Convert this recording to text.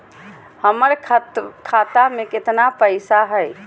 हमर खाता मे केतना पैसा हई?